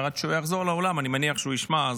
כשהוא יחזור לאולם אני מניח שהוא ישמע,